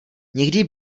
někdy